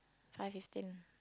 five fifteen